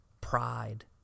pride